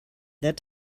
that